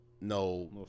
no